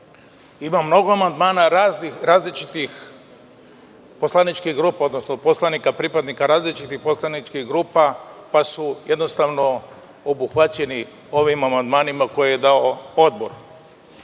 ima mnogo amandmana različitih poslaničkih grupa, odnosno poslanika pripadnika različitih poslaničkih grupa, pa su jednostavno obuhvaćeni ovim amandmanima koje je dao Odbor.